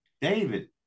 David